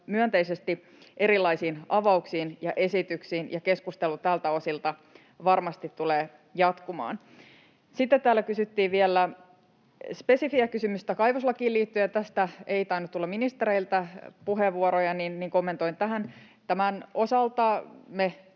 myönteisesti erilaisiin avauksiin ja esityksiin, ja keskustelu tältä osilta varmasti tulee jatkumaan. Sitten täällä kysyttiin vielä spesifiä kysymystä kaivoslakiin liittyen, ja tästä ei tainnut tulla ministereiltä puheenvuoroja, niin kommentoin tähän.